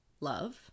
love